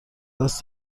دست